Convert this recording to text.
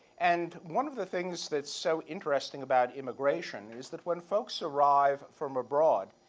and one of the things that's so interesting about immigration is that when folks arrive from abroad,